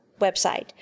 website